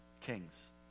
Kings